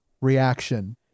reaction